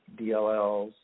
DLLs